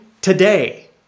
today